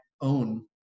own